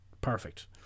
Perfect